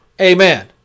Amen